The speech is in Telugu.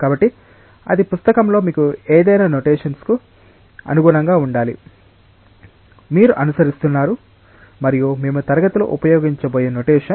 కాబట్టి అది పుస్తకంలో మీకు ఏవైనా నొటేషన్స్ కు అనుగుణంగా ఉండాలి మీరు అనుసరిస్తున్నారు మరియు మేము తరగతిలో ఉపయోగించబోయే నొటేషన్